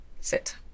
Sit